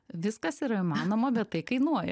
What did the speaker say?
viskas yra įmanoma bet tai kainuoja